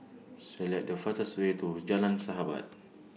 Select The fastest Way to Jalan Sahabat